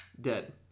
dead